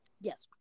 Yes